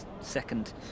second